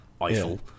Eiffel